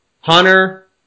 Hunter